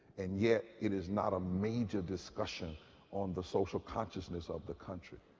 and yet it is not a major discussion on the social consciousness of the country.